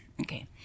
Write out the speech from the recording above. Okay